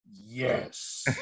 Yes